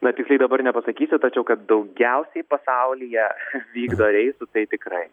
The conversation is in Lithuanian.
na tiksliai dabar nepasakysiu tačiau kad daugiausiai pasaulyje vykdo reisų tai tikrai